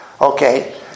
Okay